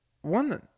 One